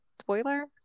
spoiler